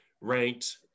ranked